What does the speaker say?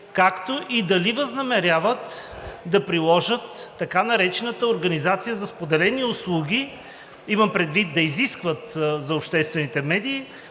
както и дали възнамеряват да приложат така наречената организация за споделени услуги? Имам предвид да изискват за обществените медии